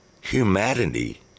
humanity